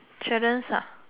challenge some